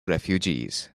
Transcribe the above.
refugees